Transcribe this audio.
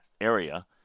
area